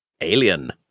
Alien